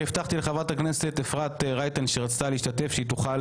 כי הבטחתי לחברת הכנסת אפרת רייטן שרצתה להשתתף שהיא תוכל